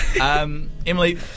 Emily